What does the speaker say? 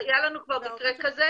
כבר היה לנו מקרה כזה.